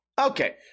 Okay